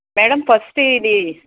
madam first ఇది